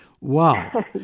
Wow